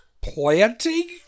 Planting